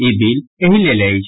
ई bill एहि लेल अछि